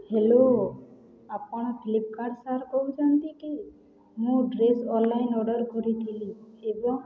hello ଆପଣ Flipkart sir କହୁଛନ୍ତି କି ମୁଁ ଡ୍ରେସ୍ ଅନ୍ଲାଇନ୍ ଅର୍ଡ଼ର କରିଥିଲି ଏବଂ